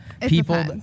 people